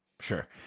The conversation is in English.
Sure